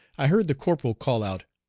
i heard the corporal call out,